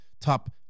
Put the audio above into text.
top